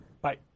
Bye